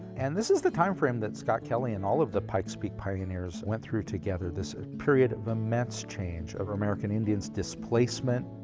and this is the time frame that scott kelley and all of the pike's peak pioneers went through together, this period of immense change over american indian's displacement.